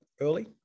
early